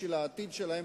בשביל העתיד שלהם,